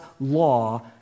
law